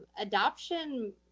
adoption